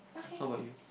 how about you